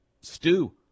stew